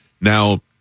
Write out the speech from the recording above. Now